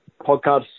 podcast